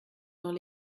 dans